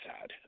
sad